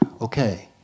Okay